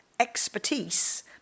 expertise